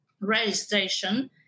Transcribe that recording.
registration